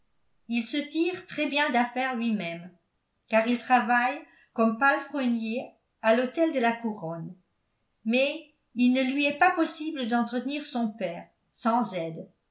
il se tire très bien d'affaire lui-même car il travaille comme palefrenier à l'hôtel de la couronne mais il ne lui est pas possible d'entretenir son père sans aide